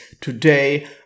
today